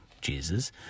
Jesus